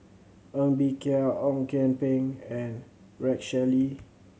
Ng Bee Kia Ong Kian Peng and Rex Shelley